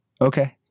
okay